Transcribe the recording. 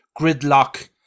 gridlock